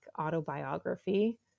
autobiography